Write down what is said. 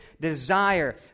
desire